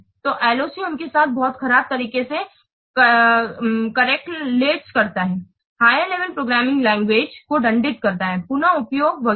तो LOC उनके साथ बहुत खराब तरीके से करेलटेस करता है higher level programming language code को दंडित करता है पुन उपयोग वगैरह